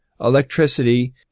electricity